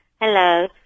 Hello